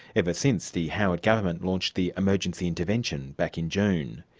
ever since the howard government launched the emergency intervention back in june.